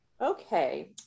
Okay